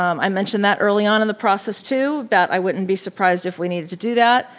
um i mentioned that early on in the process too that i wouldn't be surprised if we needed to do that.